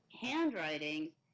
Handwriting